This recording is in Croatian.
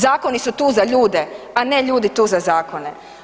Zakoni su tu za ljude, a ne ljudi tu za zakone.